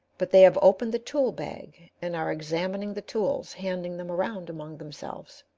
but they have opened the toolbag and are examining the tools, handing them around among themselves.